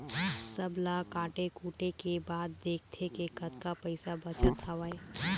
सब ल काटे कुटे के बाद देखथे के कतका पइसा बचत हवय